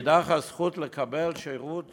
מאידך גיסא, הזכות לקבל שירות